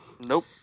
Nope